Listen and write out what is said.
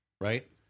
Right